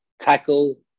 tackle